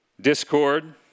discord